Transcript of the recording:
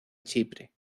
chipre